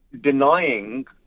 denying